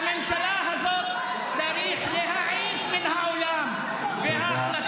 את הממשלה הזו צריך להעיף מן העולם וההחלטה